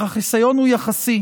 אך החיסיון הוא יחסי,